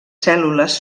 cèl·lules